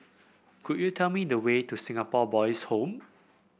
could you tell me the way to Singapore Boys' Home